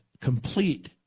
complete